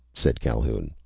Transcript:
said calhoun.